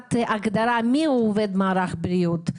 בהוספת הגדרה מי הוא עובד מערך בריאות.